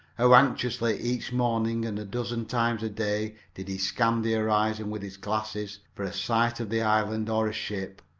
how anxiously each morning and a dozen times a day did he scan the horizon with his glasses for a sight of the island or a ship!